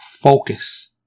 focus